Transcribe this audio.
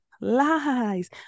Lies